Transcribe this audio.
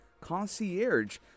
concierge